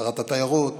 שרת התיירות.